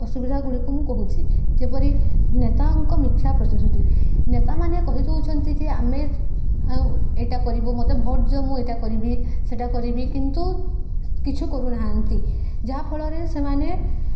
ଅସୁବିଧା ଗୁଡ଼ିିକୁ ମୁଁ କହୁଛିି ଯେପରି ନେତାଙ୍କ ମିଥ୍ୟା ପ୍ରତିଶ୍ରୁତି ନେତାମାନେ କହିଦଉଛନ୍ତି ଯେ ଆମେ ଆଉ ଏଇଟା କରିବୁ ମୋତେ ଭୋଟ ଦିଅ ମୁଁ ଏଇଟା କରିବି ସେଇଟା କରିବି କିନ୍ତୁ କିଛି କରୁନାହାଁନ୍ତି ଯାହାଫଳରେ ସେମାନେ